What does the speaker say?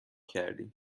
کردیم